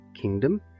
kingdom